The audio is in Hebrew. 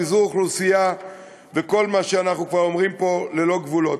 פיזור אוכלוסייה וכל מה שאנחנו אומרים פה ללא גבולות.